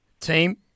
team